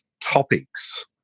topics